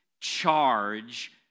charge